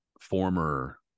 former